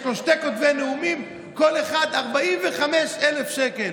יש לו שני כותבי נאומים, לכל אחד 45,000 שקל.